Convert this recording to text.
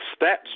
stats